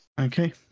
Okay